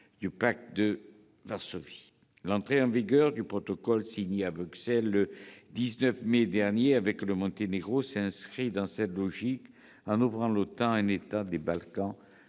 du pacte de Varsovie. L'entrée en vigueur du protocole signé à Bruxelles avec le Monténégro le 19 mai dernier s'inscrit dans cette logique en ouvrant l'OTAN à un État des Balkans